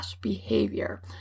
behavior